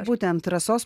būtent rasos